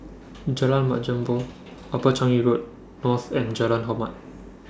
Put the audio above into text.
Jalan Mat Jambol Upper Changi Road North and Jalan Hormat